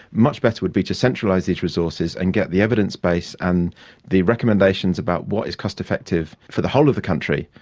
much better would be to centralise these resources and get the evidence base and the recommendations about what is cost-effective for the whole of the country,